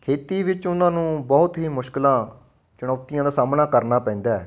ਖੇਤੀ ਵਿੱਚ ਉਹਨਾਂ ਨੂੰ ਬਹੁਤ ਹੀ ਮੁਸ਼ਕਿਲਾਂ ਚੁਣੌਤੀਆਂ ਦਾ ਸਾਹਮਣਾ ਕਰਨਾ ਪੈਂਦਾ